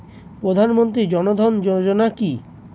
প্রধানমন্ত্রী জনধন যোজনা কি?